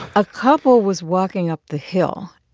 a couple was walking up the hill.